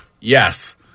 Yes